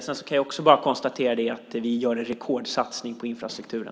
Vi gör dessutom en rekordsatsning på infrastrukturen.